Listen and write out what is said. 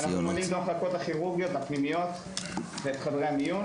אנחנו במחלקות הכירורגיות והפנימיות ובחדרי המיון